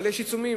אבל יש עיצומים.